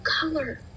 color